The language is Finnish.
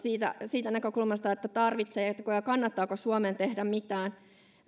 siitä näkökulmasta että tarvitseeko ja kannattaako suomen tehdä mitään